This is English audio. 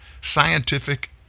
Scientific